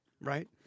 right